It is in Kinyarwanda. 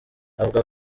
avuga